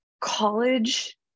college